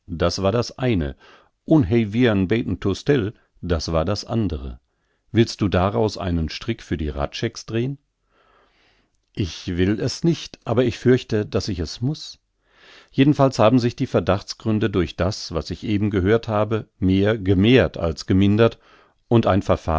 das war das eine un he wihr en beten to still das war das andre willst du daraus einen strick für die hradschecks drehn ich will es nicht aber ich fürchte daß ich es muß jedenfalls haben sich die verdachtsgründe durch das was ich eben gehört habe mehr gemehrt als gemindert und